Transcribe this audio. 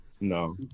no